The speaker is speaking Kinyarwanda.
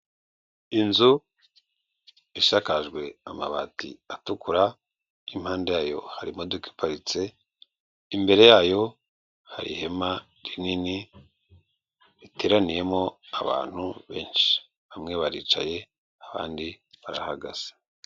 Inzu isakajwe amabati atukura, impande yayo hari imodoka iparitse, imbere yayo hari ihema rinini riteraniyemo abantu benshi, bamwe baricaye, abandi barahagaze.